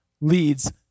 leads